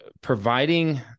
providing